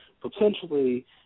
potentially